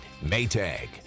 Maytag